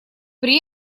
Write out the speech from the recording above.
при